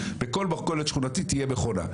בכל מכולת שכונתית תהיה מכונה.